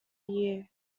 year